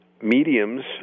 Mediums